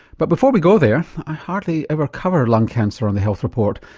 but before we go there, i hardly ever cover lung cancer on the health report,